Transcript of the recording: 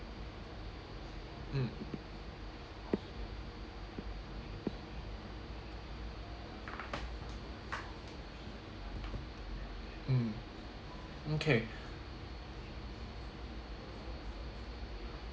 mm mm okay